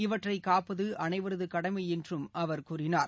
இவற்றைகாப்பதுஅனைவரதுகடமைஎன்றும் அவர் கூறினார்